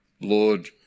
Lord